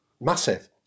Massive